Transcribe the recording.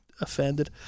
offended